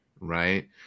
Right